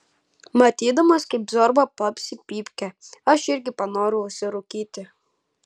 matydamas kaip zorba papsi pypkę aš irgi panorau užsirūkyti